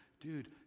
dude